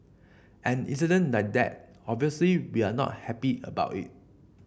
an incident like that obviously we are not happy about it